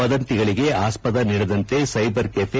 ವದಂತಿಗಳಗೆ ಅಸ್ಪದ ನೀಡದಂತೆ cyber cafe